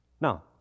Now